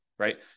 Right